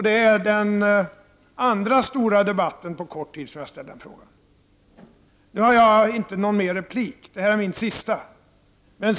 Detta är den andra stora debatten på kort tid då jag ställer frågan trots att detta är mitt sista inlägg i debatten.